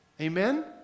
Amen